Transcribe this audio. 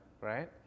Right